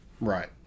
Right